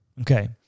Okay